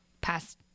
past